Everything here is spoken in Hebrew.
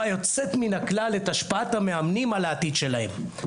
יוצאת מן הכלל את השפעת המאמנים על העתיד שלהם.